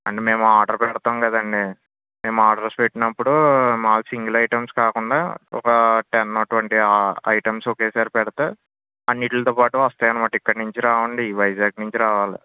అంటే మేము ఆర్డర్ పెడతాము కదండీ మేము ఆర్డర్స్ పెట్టినప్పుడు మాకు సింగిల్ ఐటమ్స్ కాకుండా ఒక టెన్ ఆర్ ట్వంటీ ఐటమ్స్ ఒకేసారి పెడితే అన్నింటితో పాటు వస్తాయి అన్నమాట ఇక్కడి నుంచి రావండి వైజాగ్ నుంచి రావాలి